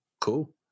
cool